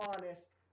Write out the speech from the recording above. honest